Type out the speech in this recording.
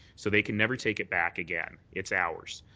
so they can never take it back again. it's ours.